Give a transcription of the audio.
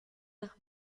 nach